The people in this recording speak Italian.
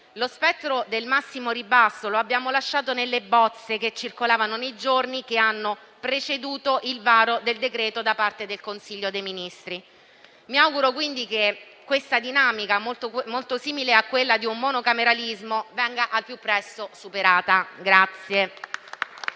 lo spettro del massimo ribasso lo abbiamo lasciato nelle bozze che circolavano nei giorni che hanno preceduto il varo del decreto da parte del Consiglio dei ministri. Mi auguro, quindi, che questa dinamica, molto simile a quella di un monocameralismo, venga al più presto superata.